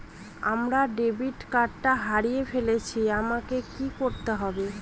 আমার ডেবিট কার্ডটা হারিয়ে ফেলেছি আমাকে কি করতে হবে?